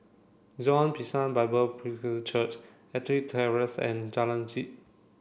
Zion Bishan Bible Presbyterian Church Ettrick Terrace and Jalan Uji